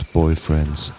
boyfriends